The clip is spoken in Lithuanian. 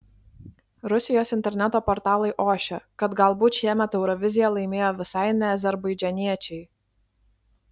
rusijos interneto portalai ošia kad galbūt šiemet euroviziją laimėjo visai ne azerbaidžaniečiai